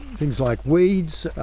things like weeds,